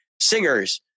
singers